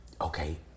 okay